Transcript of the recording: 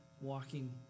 walking